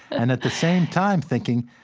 and at the same time, thinking,